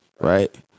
right